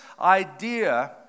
idea